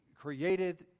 created